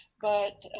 but